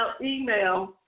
email